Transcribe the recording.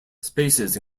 spaces